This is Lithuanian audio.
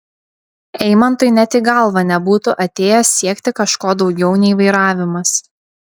eimantui net į galvą nebūtų atėję siekti kažko daugiau nei vairavimas